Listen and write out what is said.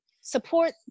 support